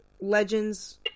legends